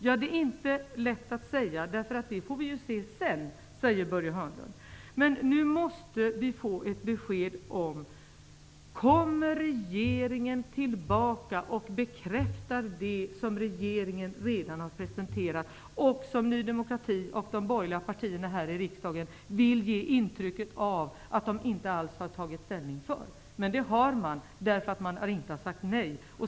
Ja, det är inte lätt att säga -- det får vi se sedan, säger Börje Hörnlund. Nu måste vi få ett besked: Kommer regeringen tillbaka och bekräftar det förslag som regeringen redan har presenterat, som Ny demokrati och de borgerliga partierna här i riksdagen vill ge intryck av att de inte alls har tagit ställning för? Det har de gjort, eftersom de inte har sagt nej.